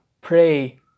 pray